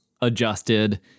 adjusted